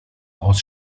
aus